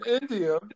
India